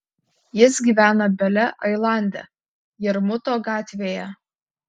jis gyvena bele ailande jarmuto gatvėje